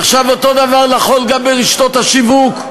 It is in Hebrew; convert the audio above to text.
עכשיו, אותו דבר נכון גם לרשתות השיווק.